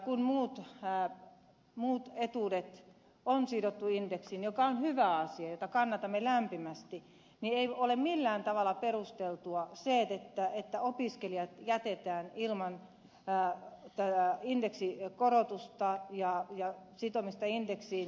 kun muut etuudet on sidottu indeksiin mikä on hyvä asia jota kannatamme lämpimästi ei ole millään tavalla perusteltua se että opiskelijat jätetään ilman pää ja indeksi ja kannatustaan indeksikorotusta ja sitomista indeksiin